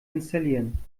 installieren